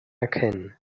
erkennen